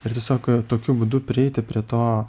ir tiesiog tokiu būdu prieiti prie to